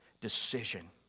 decision